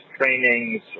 trainings